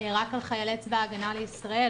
רק על חיילי צבא הגנה לישראל,